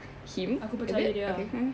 aku percaya dia ah